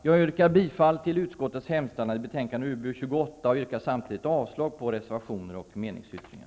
Jag yrkar bifall till utskottets hemställan i betänkandet UbU 28 och yrkar samtidigt avslag på reservationer och meningsyttringar.